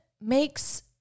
makes